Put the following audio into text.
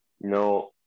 No